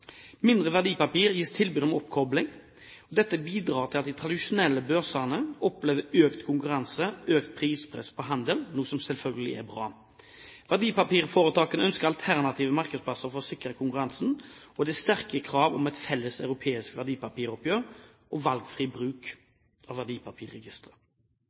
Mindre verdipapirforetak gis tilbud om oppkobling. Dette bidrar til at de tradisjonelle børsene opplever økt konkurranse og økt prispress på handel – noe som selvfølgelig er bra. Verdipapirforetakene ønsker alternative markedsplasser for å sikre konkurranse, og det er sterke krav om et felles europeisk verdipapiroppgjør og valgfri